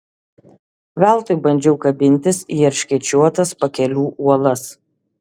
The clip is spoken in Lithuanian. veltui bandžiau kabintis į erškėčiuotas pakelių uolas